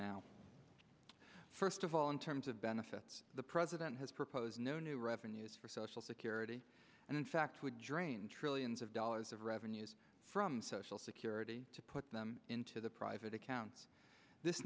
now first of all in terms of benefits the president has proposed no new revenues for social security and in fact would drain trillions of dollars of revenues from social security to put them into the private accounts this